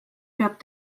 peab